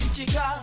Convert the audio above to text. Chica